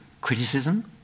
criticism